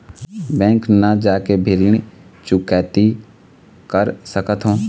Bank न जाके भी ऋण चुकैती कर सकथों?